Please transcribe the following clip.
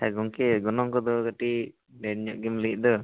ᱜᱚᱢᱠᱮ ᱜᱚᱱᱚᱝ ᱠᱚᱫᱚ ᱠᱟᱹᱴᱤᱡ ᱰᱷᱮᱹᱨ ᱧᱚᱜ ᱜᱮᱢ ᱞᱟᱹᱭᱮᱜ ᱫᱚ